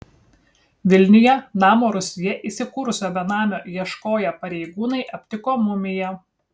vilniuje namo rūsyje įsikūrusio benamio ieškoję pareigūnai aptiko mumiją